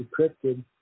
decrypted